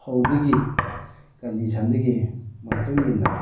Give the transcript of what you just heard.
ꯐꯧꯗꯨꯒꯤ ꯀꯟꯗꯤꯁꯟꯗꯨꯒꯤ ꯃꯇꯨꯡ ꯏꯟꯅ